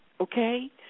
okay